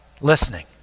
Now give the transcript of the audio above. listening